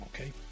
okay